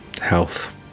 health